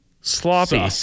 sloppy